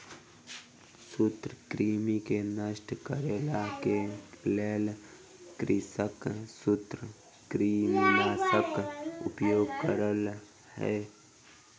सूत्रकृमि के नष्ट करै के लेल कृषक सूत्रकृमिनाशकक उपयोग केलक